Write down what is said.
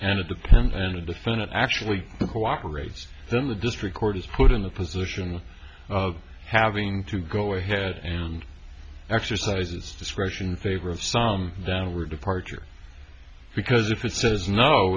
and it depends on the defendant actually cooperates then the district court is put in the position of having to go ahead and exercises discretion favor of some downward departure because if it says no